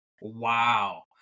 Wow